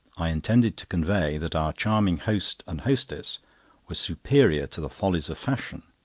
i intended to convey that our charming host and hostess were superior to the follies of fashion,